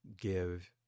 give